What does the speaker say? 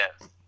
Yes